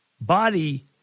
body